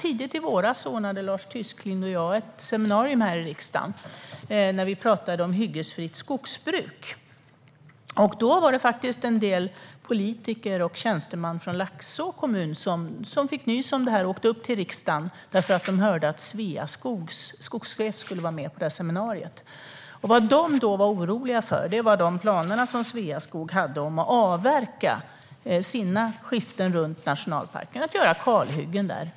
Tidigt i våras anordnade Lars Tysklind och jag ett seminarium här i riksdagen om hyggesfritt skogsbruk. En del politiker och tjänstemän från Laxå kommun fick nys om detta och åkte då upp hit. De hade hört att Sveaskogs skogschef skulle vara med på seminariet. Vad de var oroliga för var de planer som Sveaskog hade på att avverka sina skiften runt nationalparken och skapa kalhyggen där.